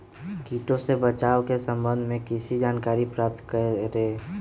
किटो से बचाव के सम्वन्ध में किसी जानकारी प्राप्त करें?